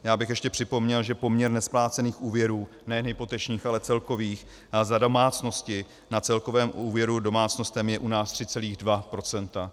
Já bych ještě připomněl, že poměr nesplácených úvěrů, nejen hypotečních, ale celkových, za domácnosti na celkovém úvěru domácnostem je u nás 3,2 %.